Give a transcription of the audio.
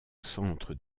centre